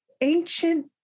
ancient